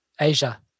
Asia